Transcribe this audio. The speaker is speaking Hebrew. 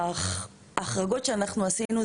ההחרגות שאנחנו עשינו,